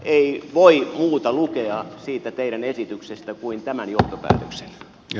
ei voi muuta lukea siitä teidän esityksestänne kuin tämä johtopäätöksen